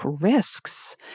risks